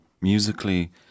musically